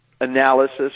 analysis